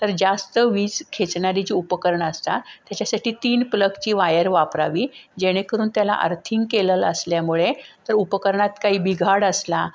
तर जास्त वीज खेचणारी जी उपकरणं असतात त्याच्यासाठी तीन प्लगची वायर वापरावी जेणेकरून त्याला अर्थिंग केलं असल्यामुळे तर उपकरणात काही बिघाड असला